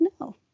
no